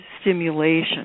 stimulation